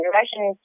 Russian